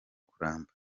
kuramba